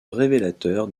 révélateur